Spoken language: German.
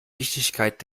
wichtigkeit